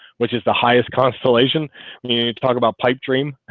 which is the highest constellation we talked about pipe dream